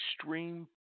extreme